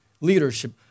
leadership